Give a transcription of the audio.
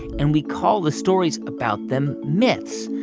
and we call the stories about them myths.